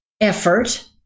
effort